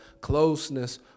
closeness